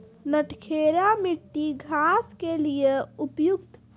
नटखेरा मिट्टी घास के लिए उपयुक्त?